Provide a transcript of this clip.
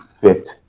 fit